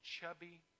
chubby